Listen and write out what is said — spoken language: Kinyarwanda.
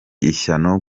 ishyano